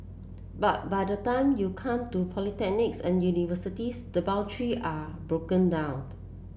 but by the time you come to polytechnics and universities the boundary are broken downed